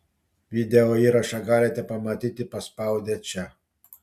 video įrašą galite pamatyti paspaudę čia